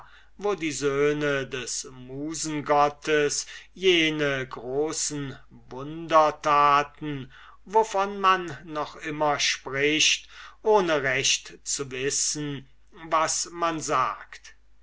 wo die söhne des musengottes jene großen wunder taten wovon man noch immer spricht ohne recht zu wissen was man sagt